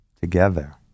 Together